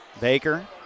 Baker